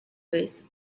with